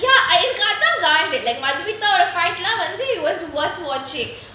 ya sia and the ya அதான் காண்டு:athaan kaandu like madhumitha fight club வந்து:vanthu until it was worth watching